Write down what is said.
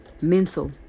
mental